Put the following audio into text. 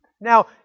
Now